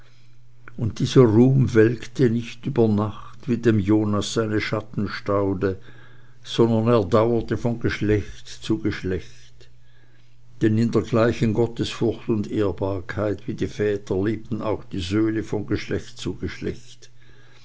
und dieser ruhm welkte nicht über nacht wie dem jonas seine schattenstaude sondern er dauerte von geschlecht zu geschlecht denn in der gleichen gottesfurcht und ehrbarkeit wie die väter lebten auch die söhne von geschlecht zu geschlecht